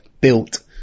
built